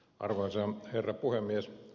arvoisa herra puhemies